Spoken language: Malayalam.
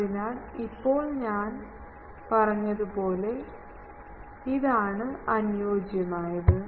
അതിനാൽ ഇപ്പോൾ ഞാൻ പറഞ്ഞതുപോലെ ഇതാണ് അനുയോജ്യമായത്